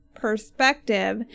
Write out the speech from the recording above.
perspective